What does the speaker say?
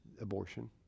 abortion